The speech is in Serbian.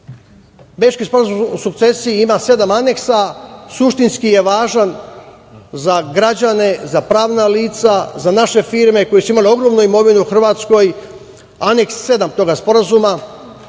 Sporazum o sukcesiji ima sedam aneksa. Suštinski je važan za građane, za pravna lica, za naše firme koje su imale ogromnu imovinu u Hrvatskoj. Aneks 7. tog Sporazuma